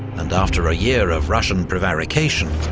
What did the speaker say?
and after a year of russian prevarication,